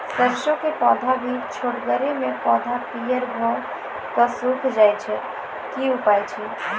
सरसों के पौधा भी छोटगरे मे पौधा पीयर भो कऽ सूख जाय छै, की उपाय छियै?